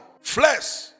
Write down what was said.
Flesh